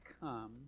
come